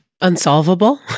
Unsolvable